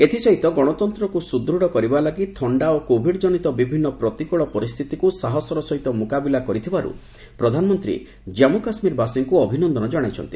ଏଥିସହିତ ଗଣତନ୍ତ୍ରକୁ ସୁଦୃଢ଼ କରିବା ଲାଗି ଥଣ୍ଡା ଓ କୋଭିଡ୍ ଜନିତ ବିଭିନ୍ନ ପ୍ରତିକୂଳ ପରିସ୍ଥିତିକୁ ସାହସର ସହିତ ମୁକାବିଲା କରିଥିବାରୁ ପ୍ରଧାନମନ୍ତ୍ରୀ ଜାନ୍ପୁ କାଶ୍ମୀର ବାସୀଙ୍କୁ ଅଭିନନ୍ଦନ ଜଣାଇଛନ୍ତି